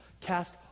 Cast